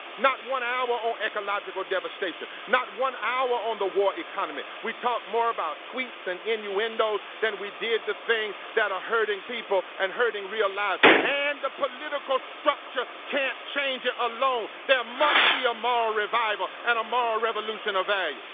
not one hour or ecological devastation, not one hour on the war economy we talk more about tweets and innuendos than we did the things that are hurting people and hurting real lives and the political structure can't change it alone, there must be a moral revival and a moral revolution of value.